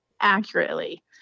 accurately